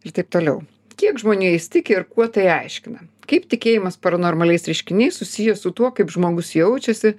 ir taip toliau kiek žmonija jais tiki ir kuo tai aiškina kaip tikėjimas paranormaliais reiškiniais susijęs su tuo kaip žmogus jaučiasi